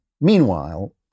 meanwhile